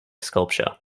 sculpture